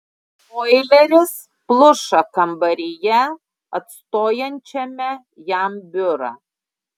oileris pluša kambaryje atstojančiame jam biurą